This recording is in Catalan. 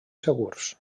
segurs